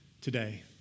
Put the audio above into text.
today